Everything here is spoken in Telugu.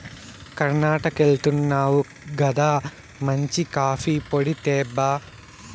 కర్ణాటకెళ్తున్నావు గదా మంచి కాఫీ పొడి తేబ్బా